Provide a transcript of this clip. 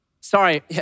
Sorry